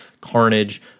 Carnage